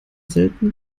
selten